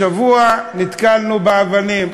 השבוע נתקלנו באבנים,